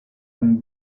and